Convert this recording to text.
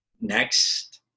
next